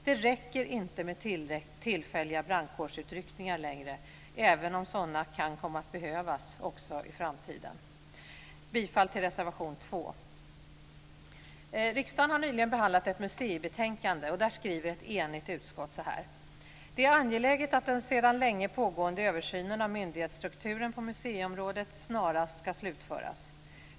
Det räcker inte med tillfälliga brandkårsutryckningar längre, även om sådana kan komma att behövas också i framtiden. Jag yrkar bifall till reservation 2. Riksdagen har nyligen behandlat ett museibetänkande. Där skriver ett enigt utskott: "Det är angeläget att den sedan länge pågående översynen av myndighetsstrukturen på museiområdet snarast ska slutföras.